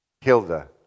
Hilda